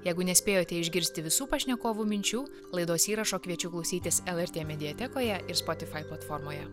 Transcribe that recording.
jeigu nespėjote išgirsti visų pašnekovų minčių laidos įrašo kviečiu klausytis lrt mediatekoje ir spotify platformoje